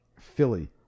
Philly